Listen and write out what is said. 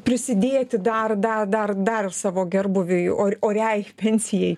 prisidėti dar dar dar dar savo gerbūviui oriai pensijai